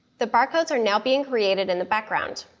the barcodes are now being created in the background.